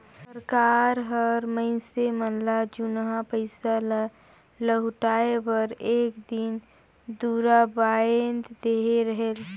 सरकार हर मइनसे मन ल जुनहा पइसा ल लहुटाए बर एक दिन दुरा बांएध देहे रहेल